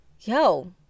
yo